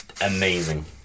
amazing